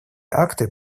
акты